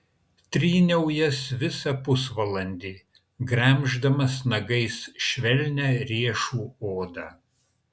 tryniau jas visą pusvalandį gremždamas nagais švelnią riešų odą